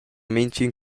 mintgin